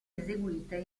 eseguite